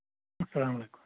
اسلام علیکم